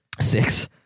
six